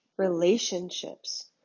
relationships